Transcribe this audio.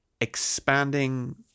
expanding